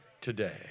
today